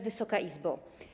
Wysoka Izbo!